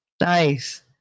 Nice